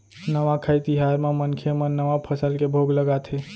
नवाखाई तिहार म मनखे मन नवा फसल के भोग लगाथे